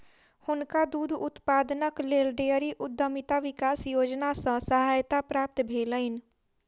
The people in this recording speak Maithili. हुनका दूध उत्पादनक लेल डेयरी उद्यमिता विकास योजना सॅ सहायता प्राप्त भेलैन